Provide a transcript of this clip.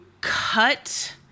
cut